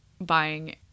buying